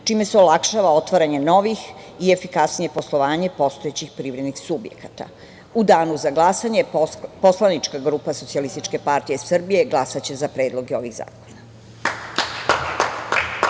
čime se olakšava otvaranje novih i efikasnije poslovanje postojećih privrednih subjekata.U danu za glasanje poslanička grupa SPS glasaće za predloge ovih zakona.